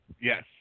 Yes